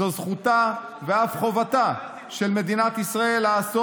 זאת זכותה ואף חובתה של מדינת ישראל לעשות